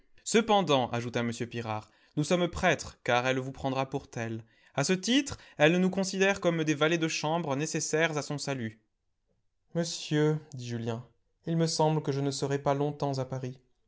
cependant ajouta m pirard nous sommes prêtres car elle vous prendra pour tel à ce titre elle nous considère comme des valets de chambre nécessaires à son salut monsieur dit julien il me semble que je ne serai pas longtemps à paris